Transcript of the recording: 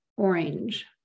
orange